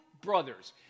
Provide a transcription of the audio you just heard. brothers